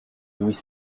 louis